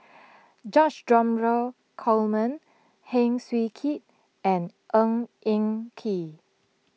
George Dromgold Coleman Heng Swee Keat and Ng Eng Kee